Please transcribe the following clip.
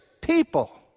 people